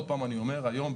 היום,